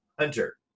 hunter